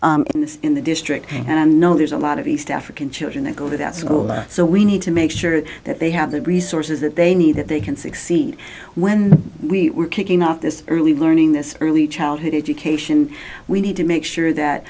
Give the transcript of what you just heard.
school in the in the district and know there's a lot of east african children to go to that school so we need to make sure that they have the resources that they need that they can succeed when we were kicking up this early learning this early childhood education we need to make sure that